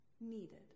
needed